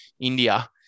India